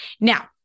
Now